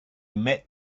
met